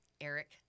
Eric